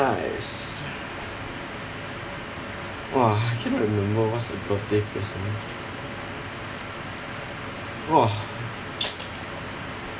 nice !wah! I cannot remember what's my birthday present !wah!